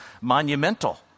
monumental